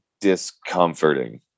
discomforting